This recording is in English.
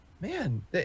man